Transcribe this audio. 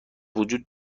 وجود